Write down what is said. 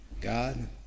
God